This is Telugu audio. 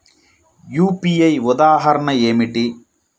యూ.పీ.ఐ ఉదాహరణ ఏమిటి?